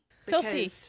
Sophie